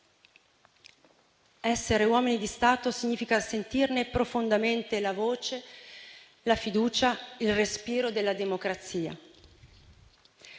Essere uomini di Stato significa sentire profondamente la voce, la fiducia, il respiro della democrazia.